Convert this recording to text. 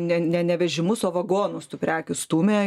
ne ne ne vežimus o vagonus tų prekių stūmė